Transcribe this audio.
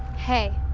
hey.